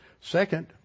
Second